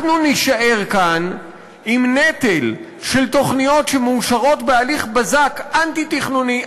אנחנו נישאר כאן עם נטל של תוכניות שמאושרות בהליך בזק אנטי-תכנוני,